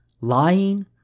lying